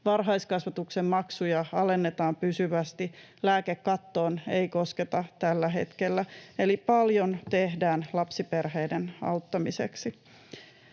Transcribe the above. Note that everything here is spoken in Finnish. varhaiskasvatuksen maksuja alennetaan pysyvästi, lääkekattoon ei kosketa tällä hetkellä, eli paljon tehdään lapsiperheiden auttamiseksi.